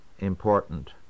Important